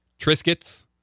Triscuits